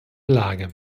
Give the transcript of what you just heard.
lage